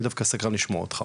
אני סקרן לשמוע אותך.